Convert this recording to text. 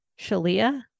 shalia